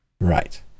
Right